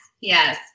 yes